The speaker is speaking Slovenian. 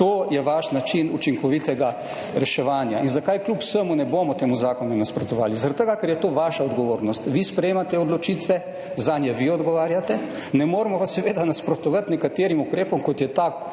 To je vaš način učinkovitega reševanj. In zakaj kljub vsemu ne bomo temu zakonu nasprotovali? Zaradi tega, ker je to vaša odgovornost, vi sprejemate odločitve, zanje vi odgovarjate, ne moremo pa seveda nasprotovati nekaterim ukrepom, kot je ta